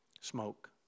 Smoke